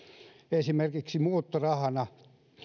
esimerkiksi muuttorahana